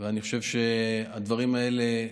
ואני חושב שהדברים האלה,